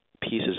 pieces